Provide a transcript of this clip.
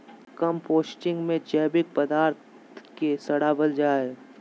composting में जैविक पदार्थ के सड़ाबल जा हइ